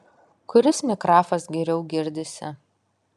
kuris mikrafas geriau girdisi